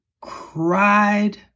cried